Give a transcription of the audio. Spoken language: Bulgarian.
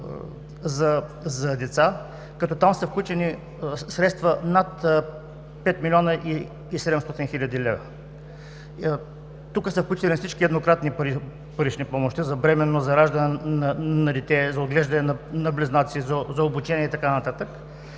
за деца, като там са включени средства над 5 млн. 700 хил. лв. Тук са включени всички еднократни парични помощи – за бременност, за раждане на дете, за отглеждане на близнаци, за обучение и така нататък,